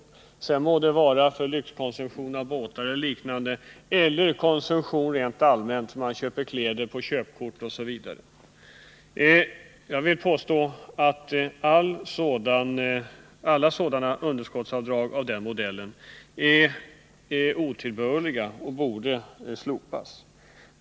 Det gäller oavsett om det är fråga om lyxkonsumtion, av båtar eller liknande, eller vanliga inköp av t.ex. kläder på köpkort osv. Jag vill påstå att alla underskottsavdrag av den modellen är otillbörliga och borde slopas.